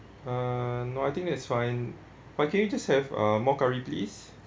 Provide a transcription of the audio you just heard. uh no I think that's fine but can you just have uh more curry please